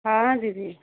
हँ दीदी